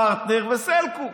פרטנר וסלקום,